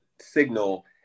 signal